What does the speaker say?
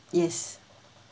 yes